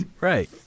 right